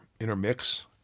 intermix